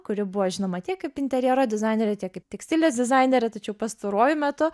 kuri buvo žinoma tiek kaip interjero dizainerė tiek kaip tekstilės dizainerė tačiau pastaruoju metu